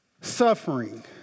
Suffering